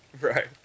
Right